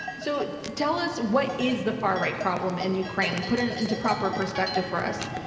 so tell us what is the far right problem in ukraine? like put it into proper perspective for us.